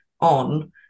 on